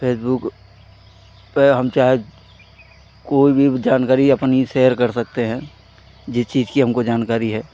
Facebook पर हम चाहे कोई भी जानकारी अपनी शेयर कर सकते हैं जिस चीज़ की हमको जानकारी है